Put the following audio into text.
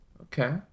Okay